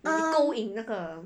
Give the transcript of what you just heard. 勾引那个